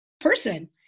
person